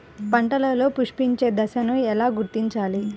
పంటలలో పుష్పించే దశను ఎలా గుర్తించాలి?